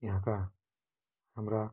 यहाँका हाम्रा